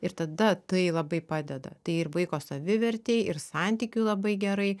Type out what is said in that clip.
ir tada tai labai padeda tai ir vaiko savivertei ir santykiui labai gerai